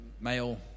male